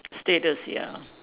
status ya